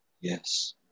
Yes